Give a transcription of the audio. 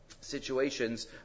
situations